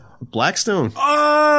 blackstone